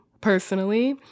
personally